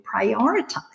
prioritize